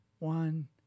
One